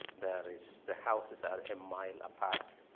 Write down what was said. there is. the houses are a mile apart,